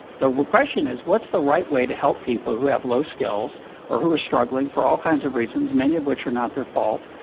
the question is, what's the right way to help people who have low skills or who are struggling for all kinds of reasons, many of which are not their fault?